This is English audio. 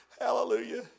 Hallelujah